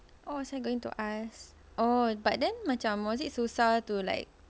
what was I going to ask oh but then macam was it susah to like